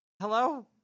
Hello